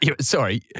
Sorry